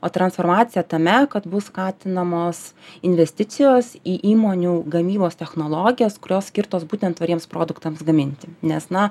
o transformacija tame kad bus skatinamos investicijos į įmonių gamybos technologijas kurios skirtos būtent tvariems produktams gaminti nes na